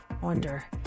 Wonder